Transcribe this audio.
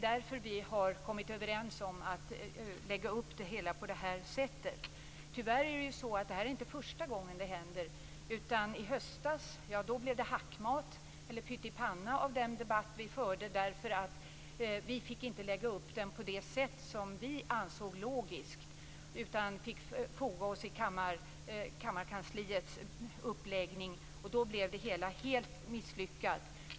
Därför har vi kommit överens om att lägga upp det hela på det här sättet. Tyvärr är det inte första gången som detta händer. I höstas blev det hackmat, eller pyttipanna, av den debatt som vi förde därför att vi inte fick lägga upp den på det sätt som vi ansåg logiskt. I stället fick vi foga oss i kammarkansliets uppläggning. Då blev det hela helt misslyckat.